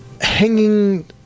hanging